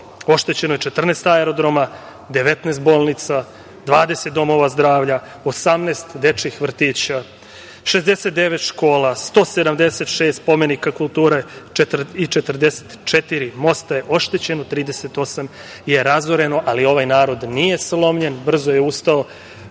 Oštećeno je 14 aerodroma, 19 bolnica, 20 domova zdravlja, 18 dečijih vrtića, 69 škola, 176 spomenika kulture i 44 mosta je oštećeno, 38 je razoreno, ali ovaj narod nije slomljen, brzo je ustao